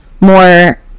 more